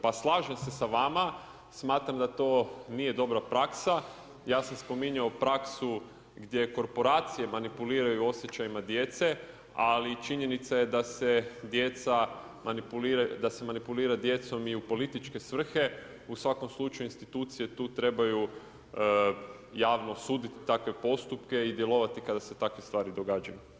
Pa slažem se sa vama, smatram da to nije dobra praksa, ja sam spominjao praksu gdje korporacije manipuliraju osjećajima djece, ali činjenica je da se manipulira djecom i u političke svrhe, u svakom slučaju institucije tu trebaju javno sudit takve postupke i djelovati kada se takve stvari događaju.